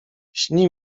śni